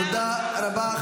תודה רבה.